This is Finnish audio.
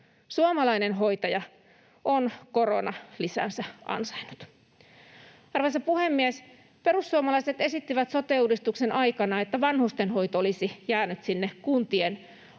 Suomalainen hoitaja on koronalisänsä ansainnut. Arvoisa puhemies! Perussuomalaiset esittivät sote-uudistuksen aikana, että vanhustenhoito olisi jäänyt sinne kuntien